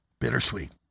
Bittersweet